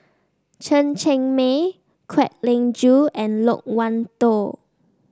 Chen Cheng Mei Kwek Leng Joo and Loke Wan Tho